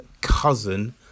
cousin